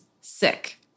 sick